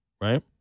right